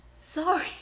sorry